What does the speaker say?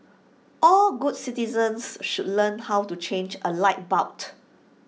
all good citizens should learn how to change A light bulb